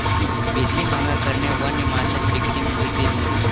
बेसी मांगक कारणेँ वन्य माँछक बिक्री में वृद्धि भेल